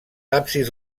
absis